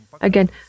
Again